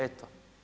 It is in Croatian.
Eto.